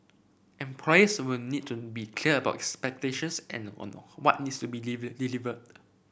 employers will need to be clear about expectations and on what needs to be deliver delivered